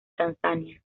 tanzania